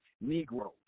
Negroes